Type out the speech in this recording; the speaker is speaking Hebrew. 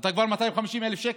אתה כבר חייב 250,000 שקל.